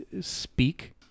speak